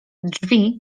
drzwi